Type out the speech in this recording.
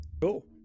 Cool